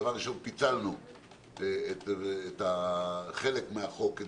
דבר ראשון: פיצלנו את החלק מהחוק הזה